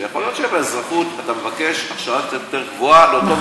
ויכול להיות שבאזרחות אתה מבקש הכשרה קצת יותר גבוהה לאותו מקצוע.